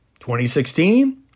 2016